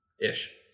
Ish